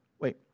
wait